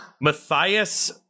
Matthias